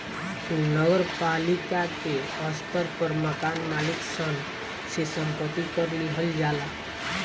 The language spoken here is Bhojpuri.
नगर पालिका के स्तर पर मकान मालिक सन से संपत्ति कर लिहल जाला